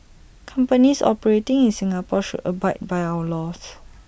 companies operating in Singapore should abide by our laws